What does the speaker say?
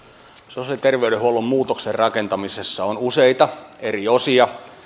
sosiaali ja terveydenhuollon muutoksen rakentamisessa on useita eri osia